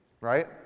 right